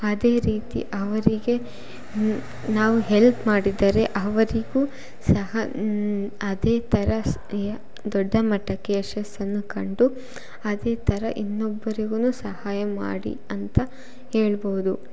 ಅದೇ ರೀತಿ ಅವರಿಗೆ ನಾವು ಹೆಲ್ಪ್ ಮಾಡಿದರೆ ಅವರಿಗೂ ಸಹ ಅದೇ ಥರ ಸ್ ಯ ದೊಡ್ಡ ಮಟ್ಟಕ್ಕೆ ಯಶಸ್ಸನ್ನು ಕಂಡು ಅದೇ ಥರ ಇನ್ನೊಬ್ಬರಿಗೂ ಸಹಾಯ ಮಾಡಿ ಅಂತ ಹೇಳ್ಬೋದು